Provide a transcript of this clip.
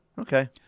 okay